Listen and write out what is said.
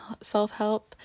self-help